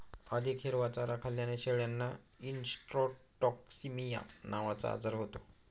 अधिक हिरवा चारा खाल्ल्याने शेळ्यांना इंट्रोटॉक्सिमिया नावाचा आजार होतो